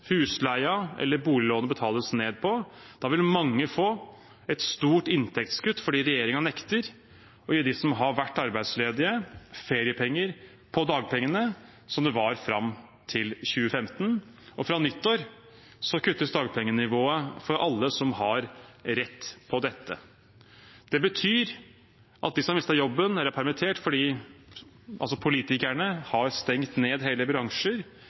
husleia betales eller boliglånet betales ned på. Da vil mange få et stort inntektskutt fordi regjeringen nekter å gi dem som har vært arbeidsledige, feriepenger på dagpengene, noe det var fram til 2015. Fra nyttår kuttes dagpengenivået for alle som har rett på dette. Det betyr at de som har mistet jobben, eller er permittert fordi politikerne har stengt ned hele bransjer,